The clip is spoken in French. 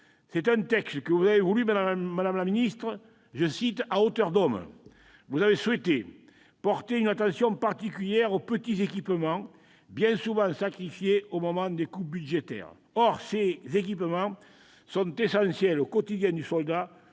est un texte que vous avez voulu, madame la ministre, « à hauteur d'homme ». Vous avez souhaité porter une attention particulière aux petits équipements, bien souvent sacrifiés au moment des coupes budgétaires. Or ces équipements sont essentiels au quotidien du soldat,